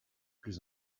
plus